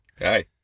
Hi